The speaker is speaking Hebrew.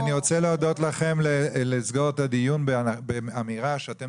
אני רוצה להודות לכם, לסגור את הדיון באמירה שאתם